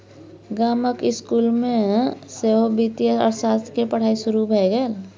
गामक इसकुल मे सेहो वित्तीय अर्थशास्त्र केर पढ़ाई शुरू भए गेल